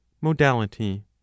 modality